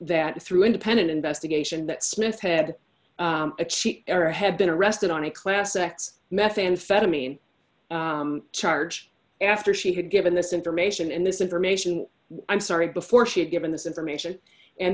that through independent investigation that smith head error had been arrested on a class x methamphetamine charge after she had given this information and this information i'm sorry before she had given this information and